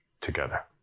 together